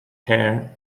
hair